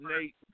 Nate